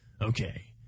Okay